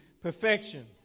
perfection